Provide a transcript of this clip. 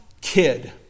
kid